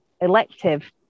elective